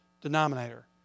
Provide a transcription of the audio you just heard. denominator